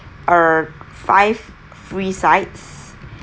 err five free sides